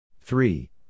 Three